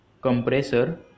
Compressor